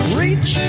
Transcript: reach